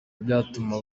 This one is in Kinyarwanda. byatuma